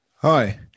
Hi